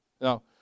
Now